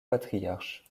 patriarche